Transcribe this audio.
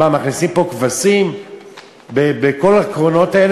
מה, מכניסים פה כבשים בכל הקרונות האלה?